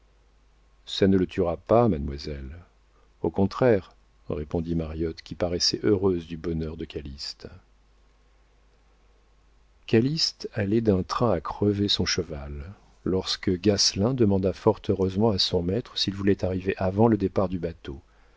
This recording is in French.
ça ne le tuera pas mademoiselle au contraire répondit mariotte qui paraissait heureuse du bonheur de calyste calyste allait d'un train à crever son cheval lorsque gasselin demanda fort heureusement à son maître s'il voulait arriver avant le départ du bateau